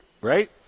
right